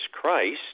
Christ